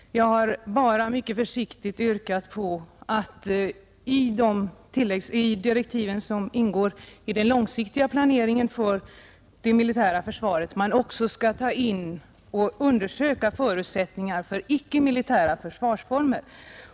Vi har mycket försiktigt yrkat att man i direktiven för den långsiktiga planeringen av det militära försvaret också skall ta in och undersöka även förutsättningarna för icke-militära försvarsformer.